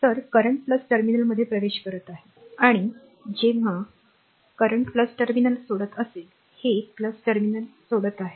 तर करंट टर्मिनलमध्ये प्रवेश करत आहे आणि जेव्हा करंट टर्मिनल सोडत असेल हे टर्मिनल सोडत आहे